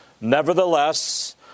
nevertheless